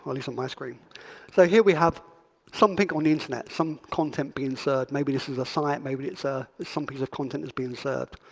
but least on my screen so here we have something on the internet, some content being served. maybe this is a site, maybe it's ah some piece of content that's being served.